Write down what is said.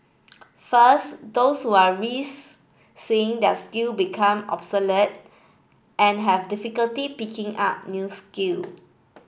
first those who are risk seeing their skill become obsolete and have difficulty picking up new skill